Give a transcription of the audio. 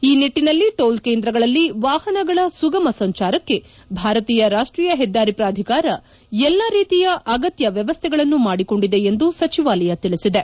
ಈ ನಿಟ್ಟನಲ್ಲಿ ಟೋಲ್ ಕೇಂದ್ರಗಳಲ್ಲಿ ವಾಪನಗಳ ಸುಗಮ ಸಂಚಾರಕ್ಕೆ ಭಾರತೀಯ ರಾಷ್ಟೀಯ ಹೆದ್ದಾರಿ ಪ್ರಾಧಿಕಾರ ಎಲ್ಲ ರೀತಿಯ ಅಗತ್ಯ ವ್ಯವಸ್ಥೆಗಳನ್ನು ಮಾಡಿಕೊಂಡಿದೆ ಎಂದು ಸಚಿವಾಲಯ ತಿಳಿಸಿದೆ